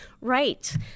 Right